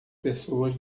pessoas